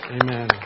Amen